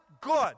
good